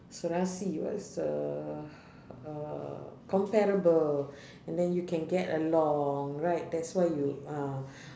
serasi what's the uh comparable and then you can get along right that's why you ah